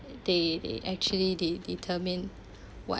they they actually they determine what